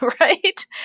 Right